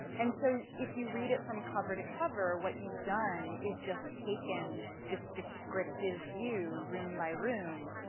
and so if you read it from cover to cover, what you've done is just taken this descriptive view, room by room,